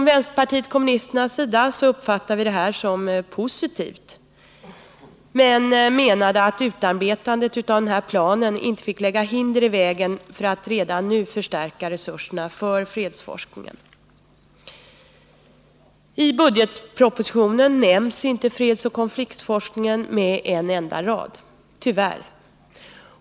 Vänsterpartiet kommunisterna uppfattade det här som positivt men menade att utarbetandet av en plan inte fick lägga hinder i vägen för att redan nu förstärka resurserna för fredsforskningen. I budgetpropositionen nämns inte fredsoch konfliktforskningen med en enda rad, tyvärr.